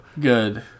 Good